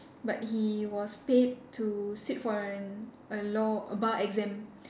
but he was paid to sit for an a law bar exam